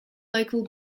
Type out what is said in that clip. local